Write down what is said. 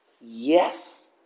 yes